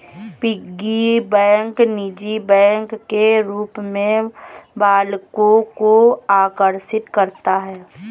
piggy bank निजी bank के रूप में बालकों को आकर्षित करता है